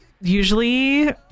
usually